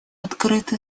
открыто